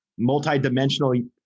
Multidimensional